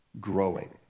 growing